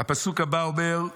הפסוק הבא אומר: